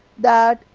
that,